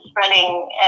spreading